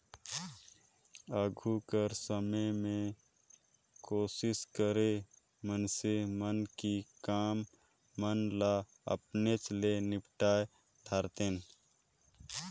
आघु कर समे में कोसिस करें मइनसे मन कि काम मन ल अपनेच ले निपटाए धारतेन